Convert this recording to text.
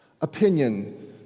opinion